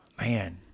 man